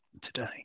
today